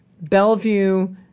Bellevue